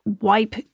wipe